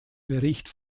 bericht